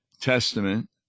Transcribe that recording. Testament